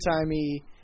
timey